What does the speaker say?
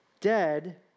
dead